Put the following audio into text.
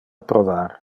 provar